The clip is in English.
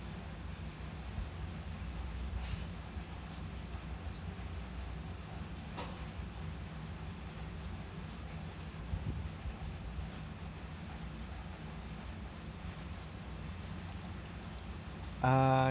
uh